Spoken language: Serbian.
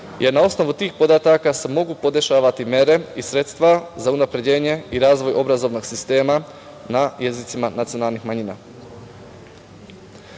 Na osnovu tih podataka se mogu podešavati mere i sredstva za unapređenje i razvoj obrazovnog sistema na jezicima nacionalnih manjina. Smatramo